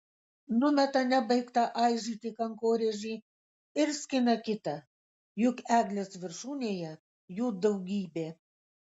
numeta nebaigtą aižyti kankorėžį ir skina kitą juk eglės viršūnėje jų daugybė